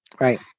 Right